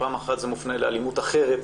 פעם אחת זה מופנה לאלימות אחרת,